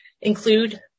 include